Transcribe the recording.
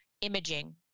imaging